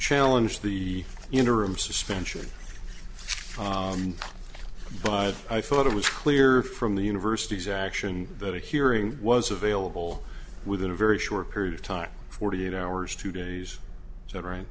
challenge the interim suspension but i thought it was clear from the university's action that a hearing was available within a very short period of time forty eight hours two days so right